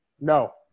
No